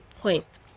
point